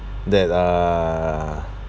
that uh